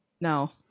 No